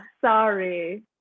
sorry